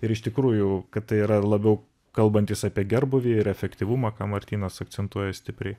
ir iš tikrųjų kad tai yra labiau kalbantys apie gerbūvį ir efektyvumą ką martynas akcentuoja stipriai